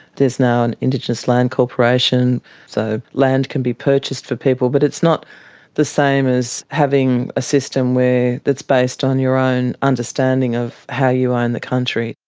there's now an indigenous land corporation so land can be purchased for people, but it's not the same as having a system that's based on your own understanding of how you own the country.